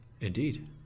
Indeed